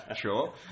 sure